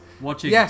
Watching